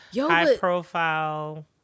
high-profile